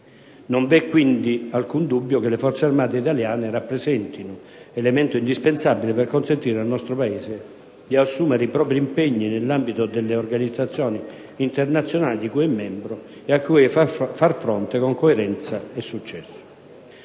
Non v'è, quindi, alcun dubbio che le Forze armate italiane rappresentino un elemento indispensabile per consentire al nostro Paese di assumere i propri impegni nell'ambito delle organizzazioni internazionali di cui è membro ed a cui far fronte con coerenza e successo.